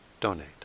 donate